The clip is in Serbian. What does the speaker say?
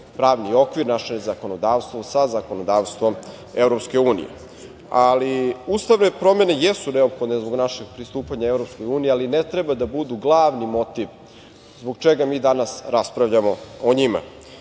pravni okvir, naše zakonodavstvo, sa zakonodavstvom EU.Ustavne promene jesu neophodne zbog našeg pristupanja EU, ali ne treba da budu glavni motiv zbog čega mi danas raspravljamo o njima.